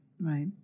right